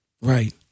Right